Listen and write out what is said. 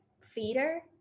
feeder